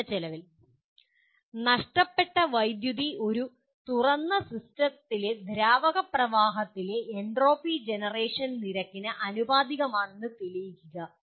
കുറഞ്ഞ ചിലവിൽ നഷ്ടപ്പെട്ട വൈദ്യുതി ഒരു തുറന്ന സിസ്റ്റത്തിലെ ദ്രാവക പ്രവാഹത്തിലെ എൻട്രോപ്പി ജനറേഷൻ നിരക്കിന് ആനുപാതികമാണെന്ന് തെളിയിക്കുക